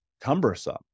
cumbersome